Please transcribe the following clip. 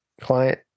client